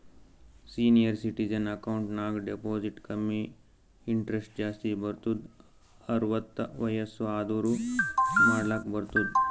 senior citizen account ನಾಗ್ deposit ಕಮ್ಮಿ interest ಜಾಸ್ತಿ ಬರ್ತುದ್ ಅರ್ವತ್ತ್ ವಯಸ್ಸ್ ಆದೂರ್ ಮಾಡ್ಲಾಕ ಬರ್ತುದ್